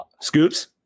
scoops